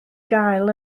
gael